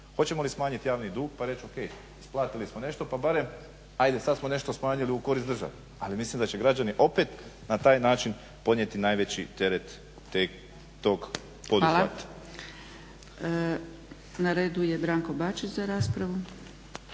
Hoćemo li smanjiti javni duh pa reći o.k., isplatili smo nešto, pa barem ajde sad smo nešto smanjili u korist države, ali mislim da će građani opet na taj način podnijeti najveći teret tek tog područja. **Zgrebec, Dragica (SDP)** Hvala. Na redu je Branko Bačić za raspravu.